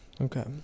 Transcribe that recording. Okay